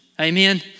Amen